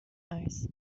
eyes